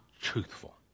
truthful